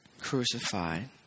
crucified